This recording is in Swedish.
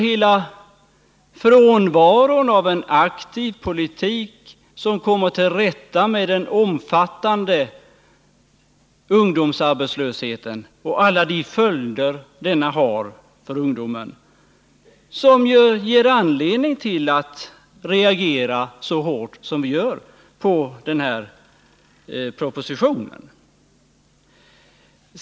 Hela frånvaron av en aktiv politik, som kommer till rätta med den omfattande ungdomsarbetslösheten och alla de följder som denna får för ungdomen, ger oss anledning att reagera så hårt som vi gör på denna proposition.